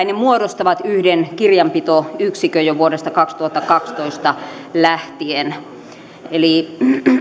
ne muodostavat yhden kirjanpitoyksikön jo vuodesta kaksituhattakaksitoista lähtien eli